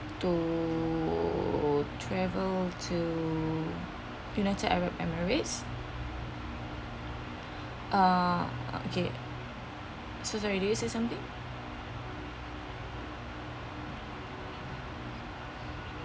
to travel to united arab emirates uh okay so there is it something